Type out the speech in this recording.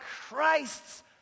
Christ's